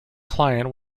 client